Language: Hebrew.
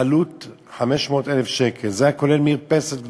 עלתה 500,000 שקל, וזה כולל מרפסת גדולה,